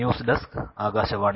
news desk Akashvani